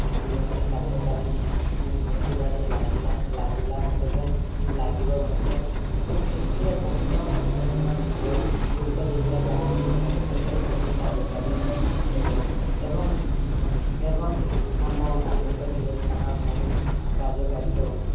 ଜୀବନରେ କାର୍ଯ୍ୟକାରୀ ଘଟିବାରେ ଲାଗିଲା ଲାଗିଲା ଏବଂ ଲାଗିବ ମଧ୍ୟ ଏବଂ ସେଥିରେ ବହୁତ ମହତ୍ଵପୂର୍ଣ୍ଣ ବିଷୟଗୁଡ଼ିକ ଦେଇଥିଲା ଯାହାକି ଭବିଷ୍ୟତରେ ବହୁତ କାର୍ଯ୍ୟକାରୀ ହେବ ଏବଂ ଏବଂ ଆମ ଆଧୁନିକ ଯୁଗରେ ତାହା ବହୁତ କାର୍ଯ୍ୟକାରୀ ହେବ